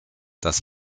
das